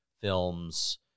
films